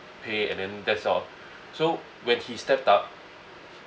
pay and then that's all so when he stepped up